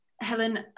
Helen